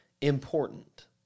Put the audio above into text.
important